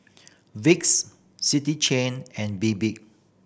Vicks City Chain and Bebe